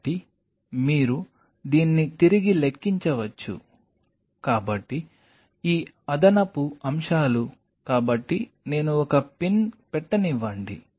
కాబట్టి మీరు దీన్ని తిరిగి లెక్కించవచ్చు కాబట్టి ఈ అదనపు అంశాలు కాబట్టి నేను ఒక పిన్ పెట్టనివ్వండి